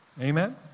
Amen